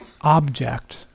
object